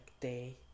day